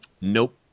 Nope